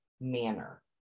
manner